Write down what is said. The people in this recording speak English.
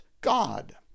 God